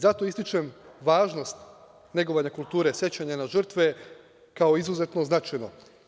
Zato ističem važnost negovanje kulture, sećanja na žrtve, kao izuzetno značajno.